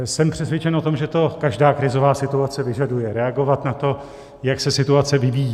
Jsem přesvědčen o tom, že každá krizová situace vyžaduje reagovat na to, jak se situace vyvíjí.